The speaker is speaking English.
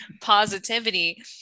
positivity